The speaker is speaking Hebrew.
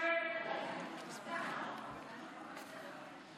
למועצת חכמי התורה?